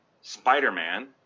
Spider-Man